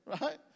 Right